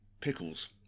Pickles